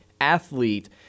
athlete